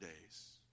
days